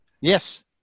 Yes